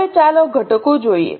હવે ચાલો ઘટકો જોઈએ